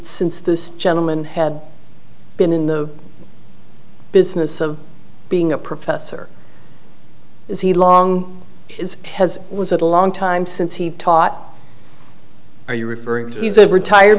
since this gentleman had been in the business of being a professor is he long is has was a long time since he taught are you referring to